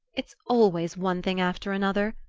it's always one thing after another,